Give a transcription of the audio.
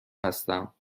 هستم